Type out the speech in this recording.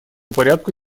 порядку